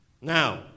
Now